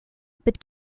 but